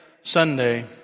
sunday